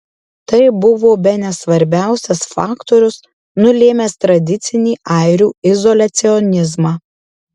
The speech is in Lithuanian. tai buvo bene svarbiausias faktorius nulėmęs tradicinį airių izoliacionizmą